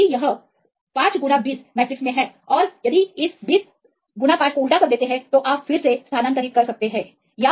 इसलिए क्योंकि यह 520 इस मैट्रिक्स में है और इस 205 को उलटा कर देते है तो आप फिर से स्थानांतरित कर सकते हैं